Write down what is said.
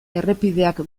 errepideak